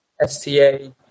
STA